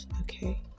Okay